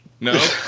No